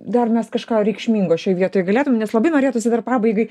dar mes kažką reikšmingo šioj vietoj galėtumėm nes labai norėtųsi dar pabaigai